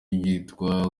byitwa